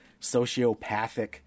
sociopathic